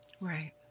Right